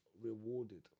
rewarded